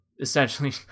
essentially